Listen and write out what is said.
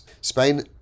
Spain